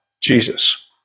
Jesus